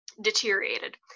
deteriorated